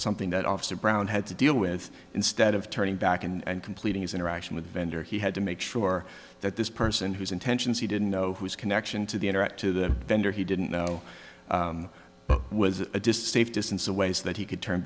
something that officer brown had to deal with instead of turning back and completing his interaction with a vendor he had to make sure that this person whose intentions he didn't know whose connection to the internet to the vendor he didn't know was a distaste distance away so that he could turn